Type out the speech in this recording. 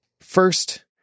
First